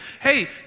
hey